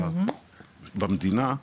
במדינה,